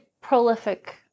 prolific